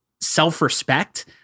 self-respect